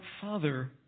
Father